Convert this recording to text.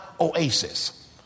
oasis